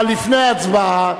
אבל לפני ההצבעה,